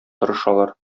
тырышалар